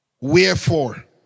Wherefore